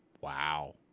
Wow